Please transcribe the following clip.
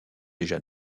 déjà